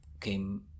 came